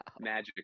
Magic